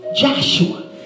Joshua